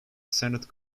senate